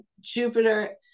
Jupiter